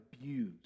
abused